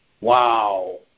wow